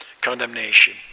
Condemnation